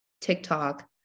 TikTok